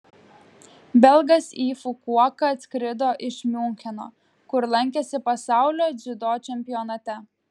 belgas į fukuoką atskrido iš miuncheno kur lankėsi pasaulio dziudo čempionate